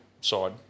side